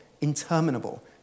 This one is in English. interminable